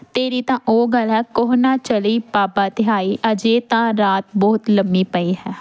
ਤੇਰੀ ਤਾਂ ਉਹ ਗੱਲ ਹੈ ਕੋਹ ਨਾ ਚਲੀ ਬਾਬਾ ਤਿਹਾਈ ਅਜੇ ਤਾਂ ਰਾਤ ਬਹੁਤ ਲੰਮੀ ਪਈ ਹੈ